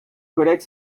collègues